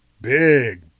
big